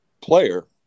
player